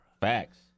Facts